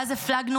ואז הפלגנו,